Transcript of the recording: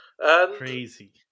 Crazy